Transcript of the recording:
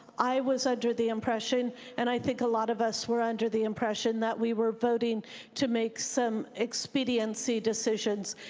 i was under the impression and i think a lot of us were under the impression that we were voting to make some expediency decisions,